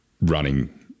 running